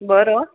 बरं